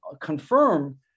confirm